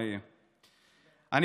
עכשיו,